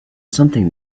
something